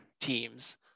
teams